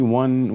one